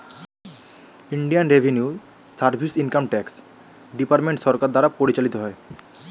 Indian revenue service income tax department সরকার দ্বারা পরিচালিত হয়